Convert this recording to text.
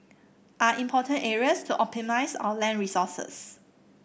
are important areas to optimise our land resources